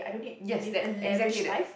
yes that exactly that